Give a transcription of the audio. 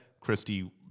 Christie